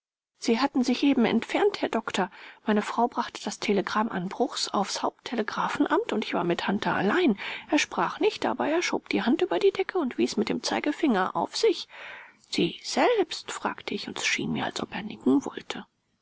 sie hatten sich eben entfernt herr doktor meine frau brachte das telegramm an bruchs aufs haupttelegraphenamt und ich war mit hunter allein er sprach nicht aber er schob die hand über die decke und wies mit dem zeigefinger auf sich sie selbst fragte ich und es schien mir als ob er nicken wollte